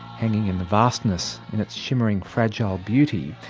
hanging in the vastness, in its shimmering, fragile beauty,